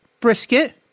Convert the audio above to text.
brisket